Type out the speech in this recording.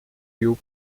rio